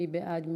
מי בעד?